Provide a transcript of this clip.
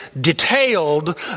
detailed